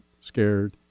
scared